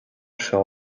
seo